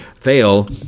fail